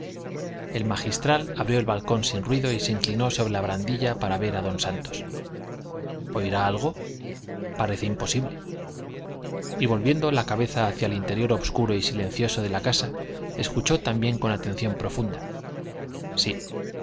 el magistral abrió el balcón sin ruido y se inclinó sobre la barandilla para ver a don santos oirá algo parece imposible y volviendo la cabeza hacia el interior obscuro y silencioso de la casa escuchó también con atención profunda sí